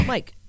Mike